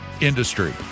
industry